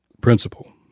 Principle